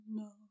no